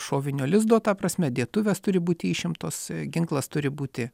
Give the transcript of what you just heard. šovinio lizdo ta prasme dėtuvės turi būti išimtos ginklas turi būti